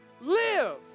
live